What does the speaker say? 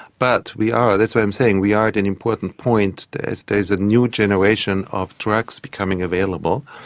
but we are, that's why i'm saying we are at an important point, there is there is a new generation of drugs becoming available,